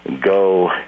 go